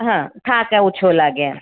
હા થાક ઓછો લાગે